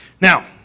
Now